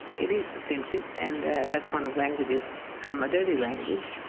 it is offensive, and that kind of language is um a dirty language.